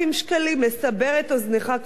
לסבר את אוזנך, כבוד השר,